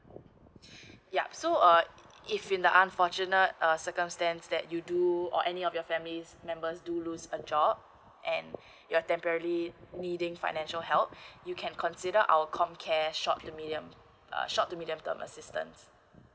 yup so err if in the unfortunate err circumstance that you do or any of your family members do lose a job and you're temporarily needing financial help you can consider our com care short to medium err short to medium term assistance